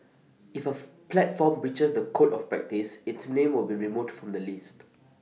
if A platform breaches the code of practice its name will be removed from the list